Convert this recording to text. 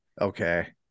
Okay